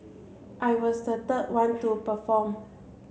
I was the third one to perform